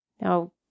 Now